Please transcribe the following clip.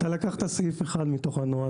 אתה לקחת סעיף אחד מתוך הנוהל.